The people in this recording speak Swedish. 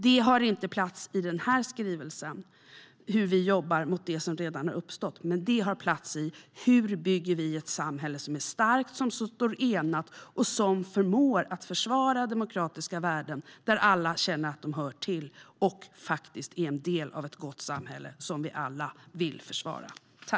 Det har inte plats i den här skrivelsen hur vi jobbar mot det som redan har uppstått, men det har plats i frågeställningen: Hur bygger vi ett samhälle som är starkt och som står enat och förmår att försvara demokratiska värden där alla känner att de hör till och faktiskt är en del av ett gott samhälle som vi alla vill försvara?